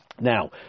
Now